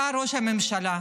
אתה ראש הממשלה,